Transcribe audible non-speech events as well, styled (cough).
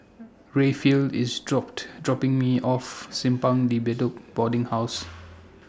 (noise) Rayfield IS dropped dropping Me off Simpang De Bedok Boarding House